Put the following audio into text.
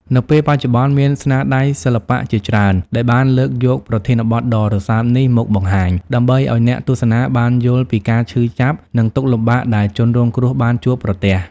នៅពេលបច្ចុប្បន្នមានស្នាដៃសិល្បៈជាច្រើនដែលបានលើកយកប្រធានបទដ៏រសើបនេះមកបង្ហាញ ដើម្បីឲ្យអ្នកទស្សនាបានយល់ពីការឈឺចាប់ និងទុក្ខលំបាកដែលជនរងគ្រោះបានជួបប្រទះ។